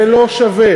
זה לא שווה.